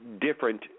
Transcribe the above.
different